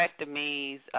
hysterectomies